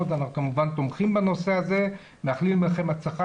אנחנו כמובן תומכים בנושא ומאחלים לכם הצלחה.